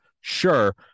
Sure